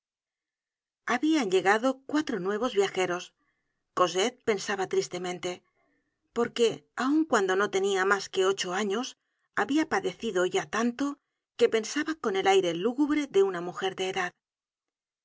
habian llegado cuatro nuevos viajeros cosette pensaba tristemente porque aun cuando no tenia mas que ocho años habia padecido ya tanto que pensaba con el aire lúgubre de una mujer de edad